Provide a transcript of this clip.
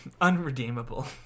Unredeemable